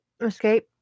Escape